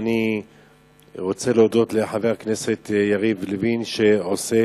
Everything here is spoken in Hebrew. אני רוצה להודות לחבר הכנסת יריב לוין, שעושה